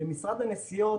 למשרד הנסיעות,